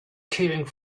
killing